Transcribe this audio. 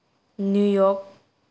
New York